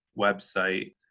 website